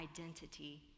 identity